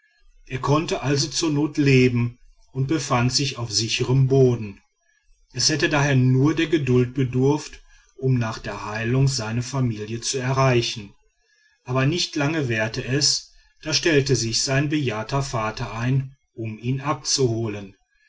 er konnte also zur not leben und befand sich auf sicherem boden es hätte daher nur der geduld bedurft um nach der heilung seine familie zu erreichen aber nicht lange währte es da stellte sich sein bejahrter vater ein um ihn abzuholen